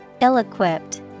Ill-equipped